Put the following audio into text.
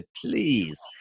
please